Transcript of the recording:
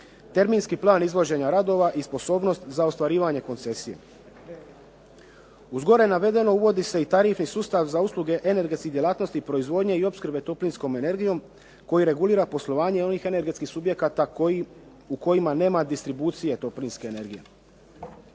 terminski plan izvođenja radova i sposobnost za ostvarivanje koncesija. Uz gore navedeno uvodi se i tarifni sustav za usluge energetskih djelatnosti proizvodnje i opskrbe toplinskom energijom koji regulira poslovanje onih energetskih subjekata u kojima nema distribucije toplinske energije.